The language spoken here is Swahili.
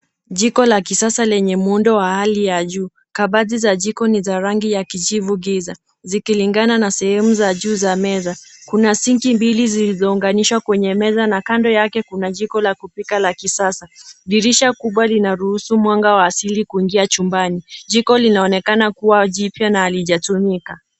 Jiko la kisasa lenye muundo wa hali ya juu kabati za jiko ni za rangi kijivu giza zikilingana na sehemu za juu za meza. Kuna sinki mbili zilizo unganishwa kwenye meza na kando yake kuna jiko la kupika la kisasa. Dirisha kubwa linaruhusu mwanga wa asili kuingia chumbani. Jiko linaonekana kuwa jipya na halijatumika.